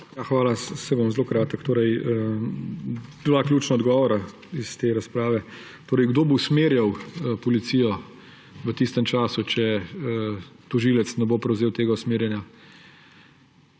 Hvala, saj bom zelo kratek. Dva ključna odgovora iz te razprave. Kdo bo usmerjal policijo v tistem času, če tožilec ne bo prevzel tega usmerjanja?